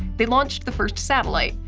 they launched the first satellite.